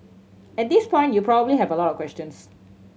at this point you probably have a lot of questions